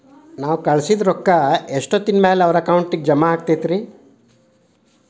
ನಾವು ಕಳಿಸಿದ್ ರೊಕ್ಕ ಎಷ್ಟೋತ್ತಿನ ಮ್ಯಾಲೆ ಅವರ ಅಕೌಂಟಗ್ ಜಮಾ ಆಕ್ಕೈತ್ರಿ?